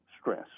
stress